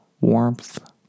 warmth